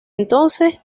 entonces